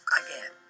again